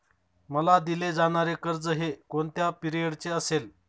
मला दिले जाणारे कर्ज हे कोणत्या पिरियडचे असेल?